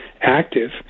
active